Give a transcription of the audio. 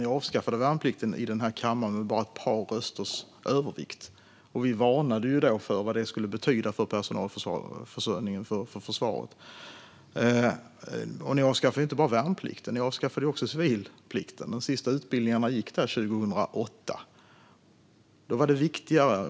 Ni avskaffade den med bara ett par rösters övervikt i den här kammaren. Vi varnade för vad detta skulle betyda för personalförsörjningen inom försvaret. Men ni avskaffade inte bara värnplikten utan också civilplikten. De sista utbildningarna gick 2008.